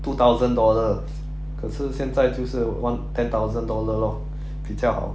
two thousand dollars 可是现在就是 one ten thousand dollar lor 比较好